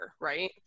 Right